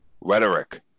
rhetoric